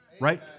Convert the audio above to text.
Right